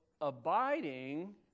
Abiding